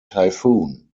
typhoon